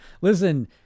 Listen